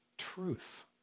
truth